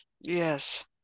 Yes